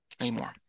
anymore